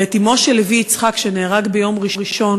ואת אמו של לוי יצחק, שנהרג ביום ראשון,